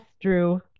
Drew